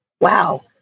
wow